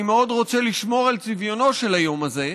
אני מאוד רוצה לשמור על צביונו של היום הזה,